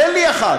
תן לי אחת.